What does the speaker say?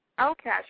Okay